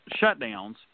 shutdowns